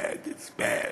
it's bad, it's bad.